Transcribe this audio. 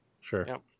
Sure